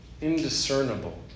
indiscernible